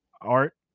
art